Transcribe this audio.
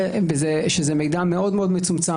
וזה מידע מאוד-מאוד מצומצם,